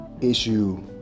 issue